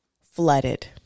flooded